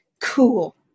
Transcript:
cool